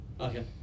Okay